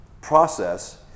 process